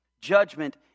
Judgment